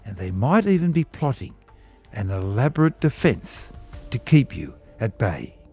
and they might even be plotting an elaborate defense to keep you at bay